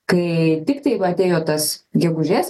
kai tiktai va atėjo tas gegužės